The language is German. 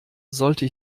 sollte